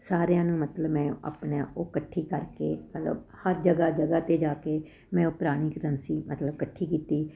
ਸਾਰਿਆਂ ਨੂੰ ਮਤਲਬ ਮੈਂ ਆਪਣੇ ਉਹ ਇਕੱਠੀ ਕਰਕੇ ਮਤਲਬ ਹਰ ਜਗ੍ਹਾ ਜਗ੍ਹਾ 'ਤੇ ਜਾ ਕੇ ਮੈਂ ਉਹ ਪੁਰਾਣੀ ਕਰੰਸੀ ਮਤਲਬ ਇਕੱਠੀ ਕੀਤੀ